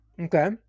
Okay